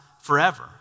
forever